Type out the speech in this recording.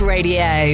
Radio